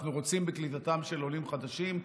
אנחנו רוצים בקליטתם של עולים חדשים.